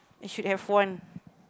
I should have one